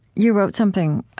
you wrote something